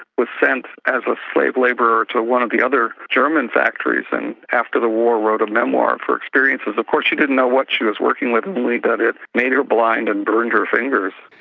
was sent as a slave labourer to one of the other german factories and after the war wrote a memoir of her experiences. of course she didn't know what she was working with, only that it made her blind and burned her fingers.